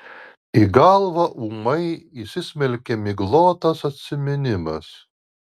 į galvą ūmai įsismelkia miglotas atsiminimas